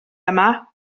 yma